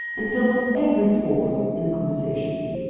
and fills up every pause in the conversation.